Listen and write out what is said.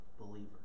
believer